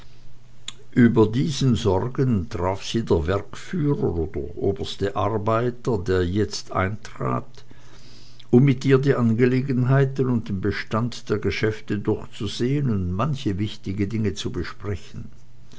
über diesen sorgen traf sie der werkführer oder oberste arbeiter der jetzt eintrat um mit ihr die angelegenheiten und den bestand der geschäfte durchzusehen und manche wichtige dinge zu besprechen